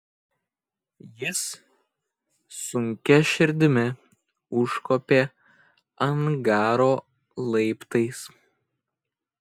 jis sunkia širdimi užkopė angaro laiptais